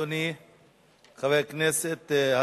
תודה, אדוני חבר הכנסת.